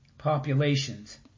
populations